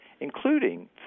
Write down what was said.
including